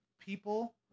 people